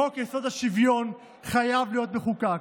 חוק-יסוד: השוויון חייב להיות מחוקק.